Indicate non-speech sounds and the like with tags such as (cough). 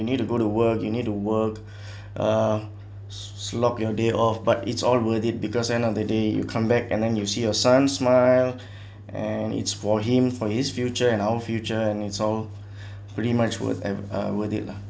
you need to go to work you need to work (breath) slock your day off but it's all worth it because end of the day you come back and then you see your son smile and it's for him for his future and our future and it's all pretty much worth and uh worth it lah